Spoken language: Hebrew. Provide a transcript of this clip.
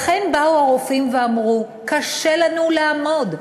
לכן באו הרופאים ואמרו: קשה לנו לעמוד,